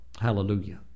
Hallelujah